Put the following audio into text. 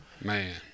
Man